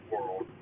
world